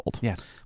Yes